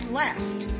left